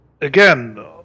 again